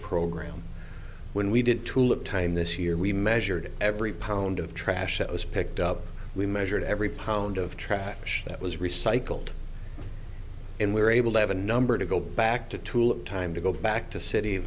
program when we did tulip time this year we measured every pound of trash that was picked up we measured every pound of trash that was recycled and we were able to have a number to go back to tool time to go back to city